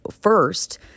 First